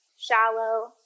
shallow